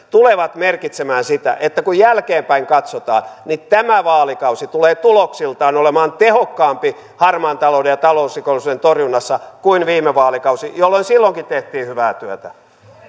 tulevat merkitsemään sitä että kun jälkeenpäin katsotaan niin tämä vaalikausi tulee tuloksiltaan olemaan tehokkaampi harmaan talouden ja talousrikollisuuden torjunnassa kuin viime vaalikausi jolloin silloinkin tehtiin hyvää työtä